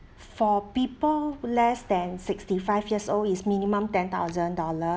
for people less than sixty five years old is minimum ten thousand dollar